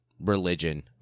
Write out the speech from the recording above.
religion